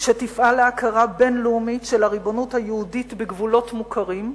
שתפעל להכרה בין-לאומית של הריבונות היהודית בגבולות מוכרים,